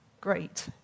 great